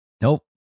Nope